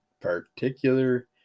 particular